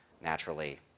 naturally